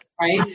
right